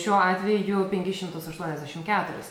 šiuo atveju jau penkis šimtus aštuoniasdešimt keturis